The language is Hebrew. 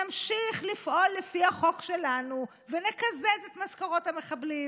נמשיך לפעול לפי החוק שלנו ונקזז את משכורות המחבלים,